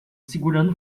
segurando